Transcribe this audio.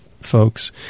folks